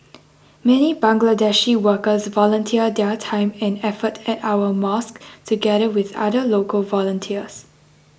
many Bangladeshi workers volunteer their time and effort at our mosques together with other local volunteers